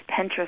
Pinterest